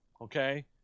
okay